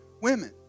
women